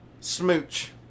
smooch